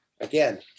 again